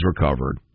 recovered